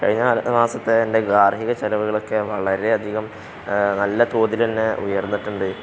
കഴിഞ്ഞ മാസത്തെ എൻ്റെ ഗാർഹിക ചിലവുകളൊക്കെ വളരെയധികം നല്ല തോതിൽ തന്നെ ഉയർന്നിട്ടുണ്ട്